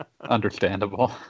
understandable